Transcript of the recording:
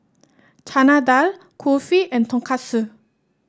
Chana Dal Kulfi and Tonkatsu